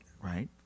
right